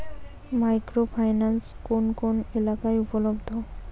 Micro finance কোন কোন এলাকায় উপলব্ধ?